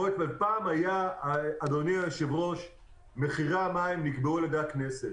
פעם מחירי המים נקבעו על-ידי הכנסת.